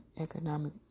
economic